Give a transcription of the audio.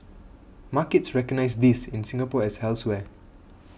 markets recognise this in Singapore as elsewhere